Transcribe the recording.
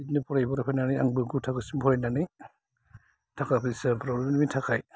बिदिनो फरायलांबाय थानानै आंबो गु थाखोसिम फरायनानै थाखा फैसा प्रब्लेमनि थाखाय